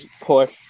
push